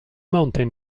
mountain